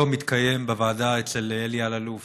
היום התקיים בוועדה אצל אלי אלאלוף,